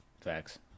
Facts